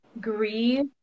grieve